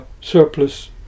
surplus